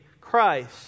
Christ